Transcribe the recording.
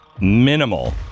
minimal